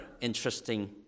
interesting